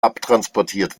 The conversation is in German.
abtransportiert